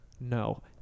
no